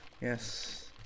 Yes